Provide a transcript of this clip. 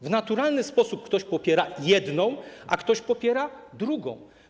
W naturalny sposób ktoś popiera jedną, a ktoś popiera drugą.